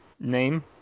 name